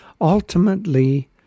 Ultimately